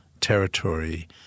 territory